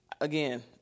again